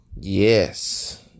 Yes